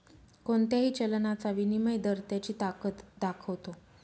कोणत्याही चलनाचा विनिमय दर त्याची ताकद दाखवतो